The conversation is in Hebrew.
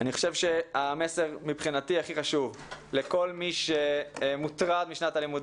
אני חושב שמבחינתי המסר הכי חשוב לכל מי שמוטרד משנת הלימודים